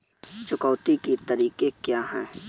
चुकौती के तरीके क्या हैं?